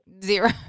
Zero